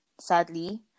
Sadly